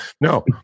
No